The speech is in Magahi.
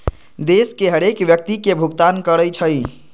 देश के हरेक व्यक्ति के भुगतान करइ छइ